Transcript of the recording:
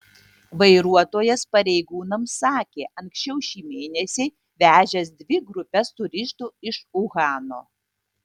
vairuotojas pareigūnams sakė anksčiau šį mėnesį vežęs dvi grupes turistų iš uhano